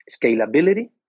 scalability